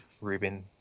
Rubin